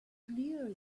clear